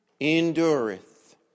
endureth